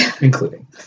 Including